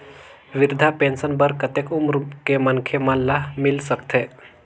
वृद्धा पेंशन बर कतेक उम्र के मनखे मन ल मिल सकथे?